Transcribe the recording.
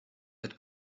had